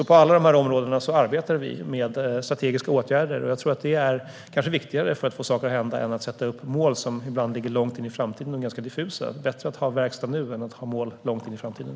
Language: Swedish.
På alla dessa områden arbetar vi alltså med strategiska åtgärder, och jag tror att det kanske är viktigare för att få saker att hända än att sätta upp mål som ibland ligger långt in i framtiden och är ganska diffusa. Det är bättre att ha verkstad nu än att ha mål långt in i framtiden.